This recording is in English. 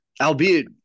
Albeit